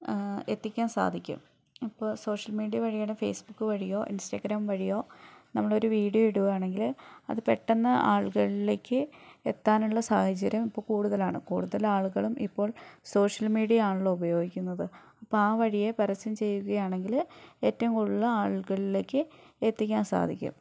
എത്തിക്കാൻ സാധിക്കും ഇപ്പോൾ സോഷ്യൽ മീഡിയ വഴിയാണ് ഫേസ് ബുക്ക് വഴിയോ ഇൻസ്റ്റാഗ്രാം വഴിയോ നമ്മൾ ഒരു വീഡിയോ ഇടുവാണെങ്കിൽ അത് പെട്ടെന്ന് ആളുകളിലേക്ക് എത്താനുള്ള സാഹചര്യം ഇപ്പോൾ കൂടുതലാണ് കൂടുതൽ ആളുകളും ഇപ്പൊൾ സോഷ്യൽ മീഡിയ ആണല്ലോ ഉപയോഗിക്കുന്നത് അപ്പ ആ വഴിയെ പരസ്യം ചെയ്യുകയാണെങ്കിൽ ഏറ്റവും കൂടുതൽ ആളുകളിലേക്ക് എത്തിക്കാൻ സാധിക്കും